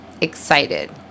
excited